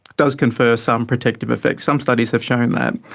does confer some protective effects, some studies have shown that.